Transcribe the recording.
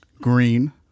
Green